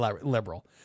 liberal